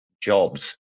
jobs